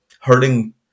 hurting